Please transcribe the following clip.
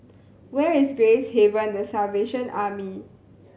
where is Gracehaven The Salvation Army